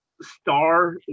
star